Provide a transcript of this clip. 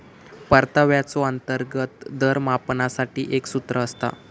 परताव्याचो अंतर्गत दर मापनासाठी एक सूत्र असता